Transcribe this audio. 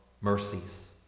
mercies